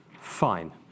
Fine